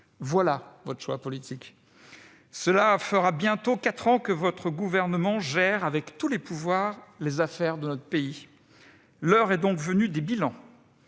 Voilà votre choix politique ! Cela fera bientôt quatre ans que votre gouvernement gère, avec tous les pouvoirs, les affaires de notre pays : l'heure des bilans